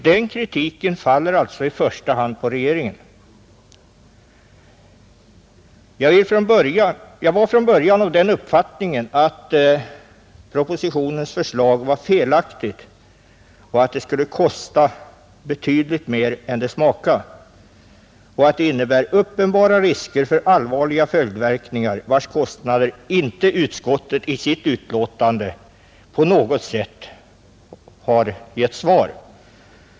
Den kritiken faller alltså i första hand på regeringen, Jag var från början av den uppfattningen att propositionens förslag var felaktigt, att det skulle kosta betydligt mer än det smakade och att det innebar uppenbara risker för allvarliga följdverkningar, om vilkas kostnader utskottet i sitt betänkande inte på något sätt har gett besked.